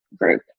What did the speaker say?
group